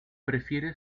prefiere